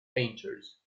painters